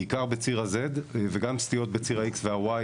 בעיקר בציר ה-Z וגם סטיות בציר ה-X וה-Y,